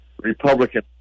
Republican